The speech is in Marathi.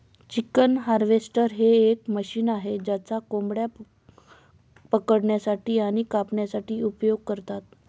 चिकन हार्वेस्टर हे एक मशीन आहे ज्याचा कोंबड्या पकडण्यासाठी आणि कापण्यासाठी उपयोग करतात